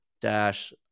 dash